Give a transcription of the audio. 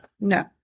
No